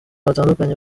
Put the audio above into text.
batandukanye